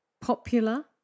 popular